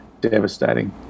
devastating